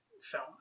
film